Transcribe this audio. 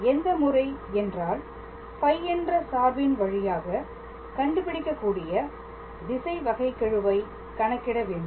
எந்த முறை என்றால் φ என்ற சார்பின் வழியாக கண்டுபிடிக்கக்கூடிய திசை வகைக்கெழுவை கணக்கிட வேண்டும்